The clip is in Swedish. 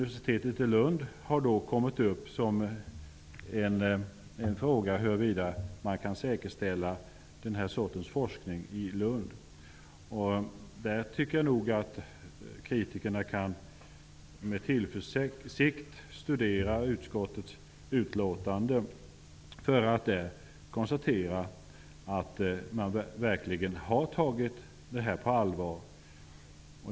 Det har frågats om den här sortens forskning kan säkerställas i Lund. Jag tycker nog att kritikerna med tillförsikt kan studera utskottets utlåtande för att sedan konstatera att utskottet verkligen har tagit det här på allvar.